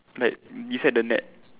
like beside the net